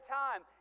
time